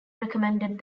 recommended